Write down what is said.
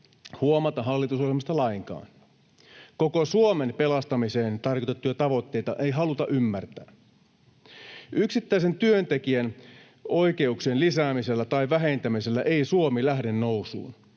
huomata hallitusohjelmasta lainkaan. Koko Suomen pelastamiseen tarkoitettuja tavoitteita ei haluta ymmärtää. Yksittäisen työntekijän oikeuksien lisäämisellä tai vähentämisellä ei Suomi lähde nousuun.